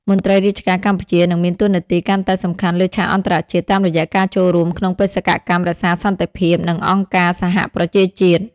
មន្ត្រីរាជការកម្ពុជានឹងមានតួនាទីកាន់តែសំខាន់លើឆាកអន្តរជាតិ តាមរយៈការចូលរួមក្នុងបេសកកម្មរក្សាសន្តិភាព និងអង្គការសហប្រជាជាតិ។